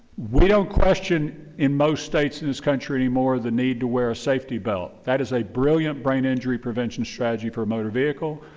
we don't question, in most states in this country more the need to wear a safety belt. that is a brilliant brain injury and strategy for a motor vehicle.